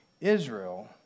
Israel